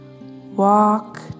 Walk